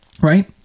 right